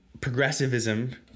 progressivism